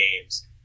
games